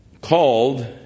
Called